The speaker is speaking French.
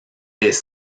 des